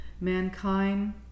Mankind